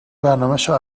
برنامشو